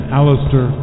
Alistair